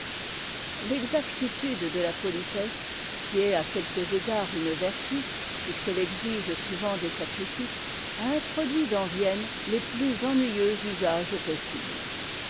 l'exactitude de la politesse qui est à quelques égards une vertu puisqu'elle exige souvent des sacrifices a introduit dans vienne les plus ennuyeux usages possibles